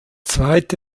zweite